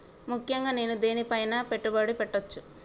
ముఖ్యంగా నేను దేని పైనా పెట్టుబడులు పెట్టవచ్చు?